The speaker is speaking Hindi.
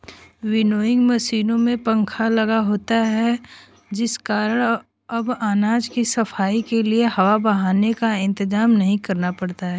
विन्नोइंग मशीन में पंखा लगा होता है जिस कारण अब अनाज की सफाई के लिए हवा बहने का इंतजार नहीं करना पड़ता है